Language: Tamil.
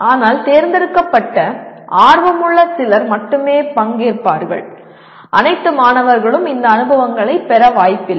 ஆனால் தேர்ந்தெடுக்கப்பட்ட ஆர்வமுள்ள சிலர் மட்டுமே பங்கேற்பார்கள் அனைத்து மாணவர்களும் இந்த அனுபவங்களைப் பெற வாய்ப்பில்லை